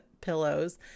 pillows